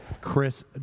Chris